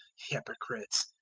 hypocrites,